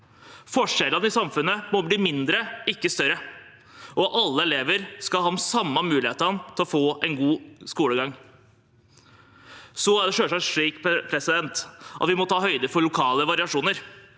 Forskjellene i samfunnet må bli mindre, ikke større. Alle elever skal ha de samme mulighetene til å få en god skolegang. Det er selvsagt slik at vi må ta høyde for lokale variasjoner.